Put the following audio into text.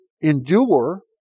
endure